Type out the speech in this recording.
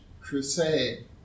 crusade